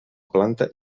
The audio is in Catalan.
planta